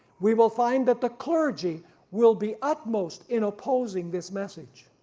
we will find that the clergy will be upmost in opposing this message,